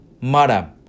Madam